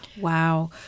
Wow